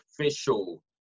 official